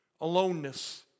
aloneness